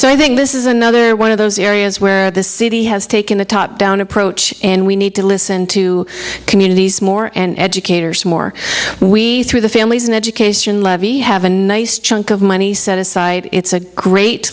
so i think this is another one of those areas where the city has taken a top down approach and we need to listen to communities more and educators more we through the families and education levy have a nice chunk of money set aside it's a great